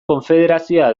konfederazioa